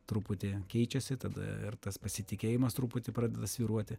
truputį keičiasi tada ir tas pasitikėjimas truputį pradeda svyruoti